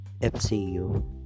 FCU